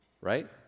right